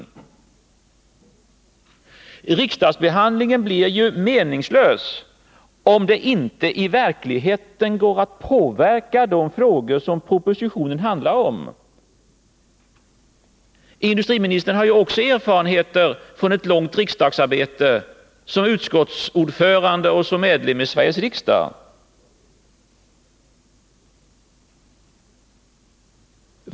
Vissa enheter inom Riksdagsbehandlingen blir meningslös, om det inte i verkligheten går att NCB påverka de förslag som ställs i propositionen. Det vet industriministern, som också har erfarenheter från ett långt riksdagsarbete, som utskottsordförande och som ledamot av Sveriges riksdag.